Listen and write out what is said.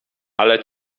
ale